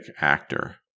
actor